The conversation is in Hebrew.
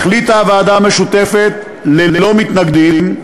החליטה הוועדה המשותפת, ללא מתנגדים,